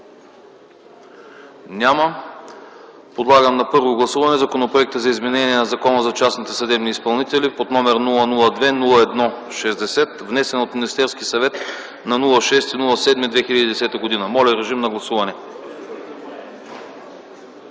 Няма. Подлагам на първо гласуване Законопроекта за изменение на Закона за частните съдебни изпълнители под № 002-01-60, внесен от Министерския съвет на 6 юли 2010 г. Моля, гласувайте.